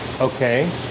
Okay